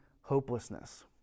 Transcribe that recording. hopelessness